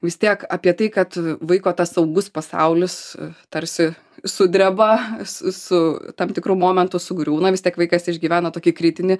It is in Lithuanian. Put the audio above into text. vis tiek apie tai kad vaiko tas saugus pasaulis tarsi sudreba su tam tikru momentu sugriūna vis tiek vaikas išgyvena tokį kritinį